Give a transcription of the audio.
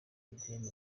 adeline